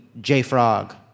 J-Frog